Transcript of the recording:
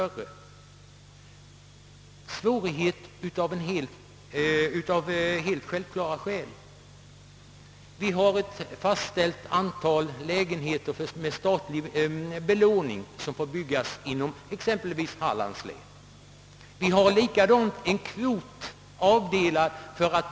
Och de svårigheterna är helt självklara. Det antal lägenheter med statlig belåning som får byggas inom Hallands län är nämligen fastställt.